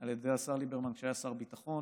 על ידי השר ליברמן כשהיה שר הביטחון.